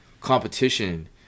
competition